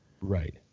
Right